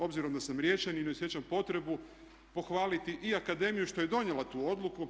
Obzirom da sam Riječanin osjećam potrebu pohvaliti i akademiju što je donijela tu odluku.